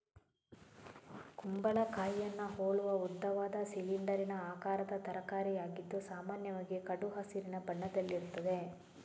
ಕುಂಬಳಕಾಯಿಯನ್ನ ಹೋಲುವ ಉದ್ದವಾದ, ಸಿಲಿಂಡರಿನ ಆಕಾರದ ತರಕಾರಿಯಾಗಿದ್ದು ಸಾಮಾನ್ಯವಾಗಿ ಕಡು ಹಸಿರು ಬಣ್ಣದಲ್ಲಿರ್ತದೆ